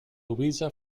louisa